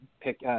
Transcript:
pick